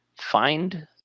Find